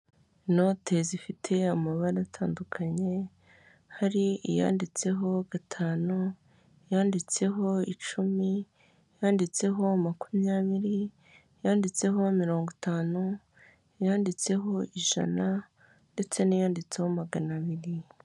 Inote zifite amabara atandukanye, hari iyanditseho gatanu, yanditseho icumi, yanditseho makumyabiri, yanditseho mirongo, itanu yanditseho ijana, ndetse n'iyanditseho magana abiri.